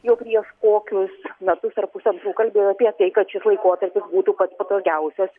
jau prieš kokius metus ar pusantrų kalbėjo apie tai kad šis laikotarpis būtų pats patogiausias